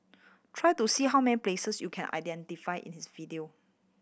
try to see how many places you can identify in his video